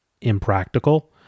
impractical